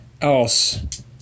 Else